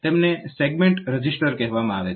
તેમને segment register કહેવામાં આવે છે